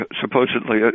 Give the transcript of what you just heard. supposedly